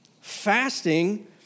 fasting